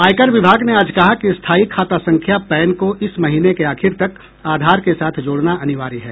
आयकर विभाग ने आज कहा कि स्थायी खाता संख्या पैन को इस महीने के आखिर तक आधार के साथ जोड़ना अनिवार्य है